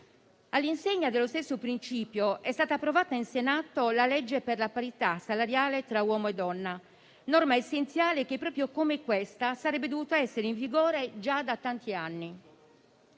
All'insegna dello stesso principio è stata approvata in Senato la legge per la parità salariale tra uomo e donna, norma essenziale che, proprio come quella al nostro esame, avrebbe dovuto essere in vigore già da tanti anni.